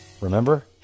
Remember